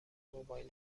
موبایلم